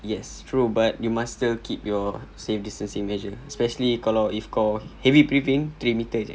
yes true but you must still keep your safe distancing measure especially kalau if kau heavy breathing three metre jer